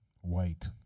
white